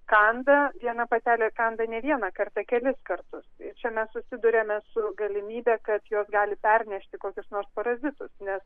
kanda viena patelė kanda ne vieną kartą kelis kartus ir čia mes susiduriame su galimybe kad jos gali pernešti kokius nors parazitus nes